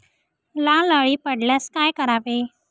लाल अळी पडल्यास काय करावे?